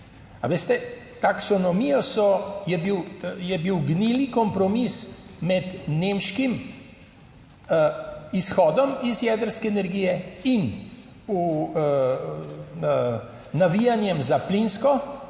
veste, taksonomijo so, je bil gnili kompromis med nemškim izhodom iz jedrske energije in navijanjem za plinsko